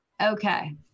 okay